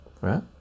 right